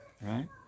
right